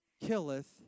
killeth